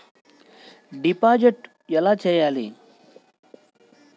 Deposit ఎలా చెయ్యాలి?